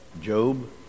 Job